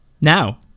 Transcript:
Now